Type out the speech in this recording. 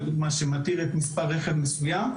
שמתיר מספר רכב מסוים,